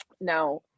Now